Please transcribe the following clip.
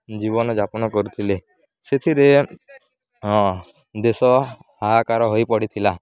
ଜୀବନଯାପନ କରୁଥିଲେ ସେଥିରେ ହଁ ଦେଶ ହାହାକାର ହୋଇପଡ଼ିଥିଲା